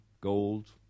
gold